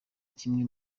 kimwe